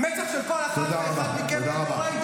תודה רבה.